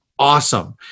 awesome